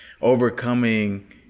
overcoming